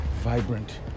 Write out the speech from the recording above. vibrant